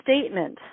statement